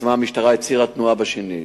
חסמה המשטרה את ציר התנועה בשנית.